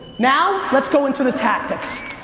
now let's go into the tactics.